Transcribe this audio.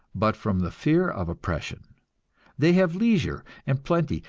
but from the fear of oppression they have leisure and plenty,